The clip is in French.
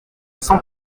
cent